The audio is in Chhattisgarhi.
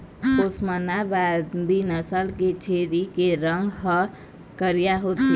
ओस्मानाबादी नसल के छेरी के रंग ह करिया होथे